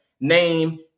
name